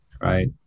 right